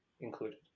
included